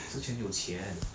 zi quan 有钱